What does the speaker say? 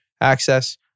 access